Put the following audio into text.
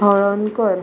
हळोनकर